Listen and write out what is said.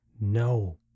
No